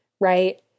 right